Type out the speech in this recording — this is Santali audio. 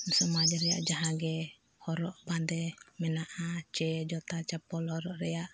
ᱥᱚᱢᱟᱡᱽ ᱨᱮᱭᱟᱜ ᱡᱟᱦᱟᱜᱮ ᱦᱚᱨᱚᱜ ᱵᱟᱸᱫᱮ ᱢᱮᱱᱟᱜᱼᱟ ᱥᱮ ᱡᱩᱛᱟ ᱪᱟᱯᱯᱚᱞ ᱦᱚᱨᱚᱜ ᱨᱮᱭᱟᱜ